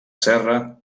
serra